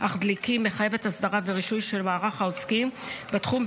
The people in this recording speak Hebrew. אך דליקים מחייבת הסדרה ורישוי של מערך העוסקים בתחום,